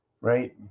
right